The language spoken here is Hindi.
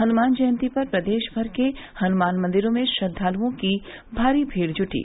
हनुमान जयंती पर प्रदेश भर के हनुमान मंदिरों में श्रद्वाल्ओं की भारी भीड जुटी